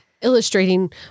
illustrating